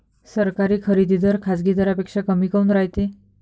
सरकारी खरेदी दर खाजगी दरापेक्षा कमी काऊन रायते?